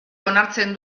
onartzen